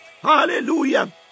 hallelujah